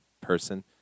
person